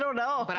so know but